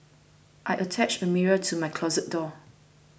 I attached a mirror to my closet door